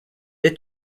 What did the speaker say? est